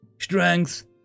Strength